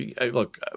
Look